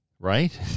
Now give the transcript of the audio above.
Right